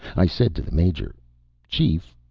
i said to the major chief,